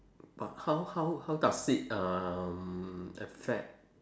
but how how how does it um affect